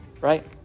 right